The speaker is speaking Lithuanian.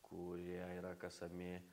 kurie yra kasami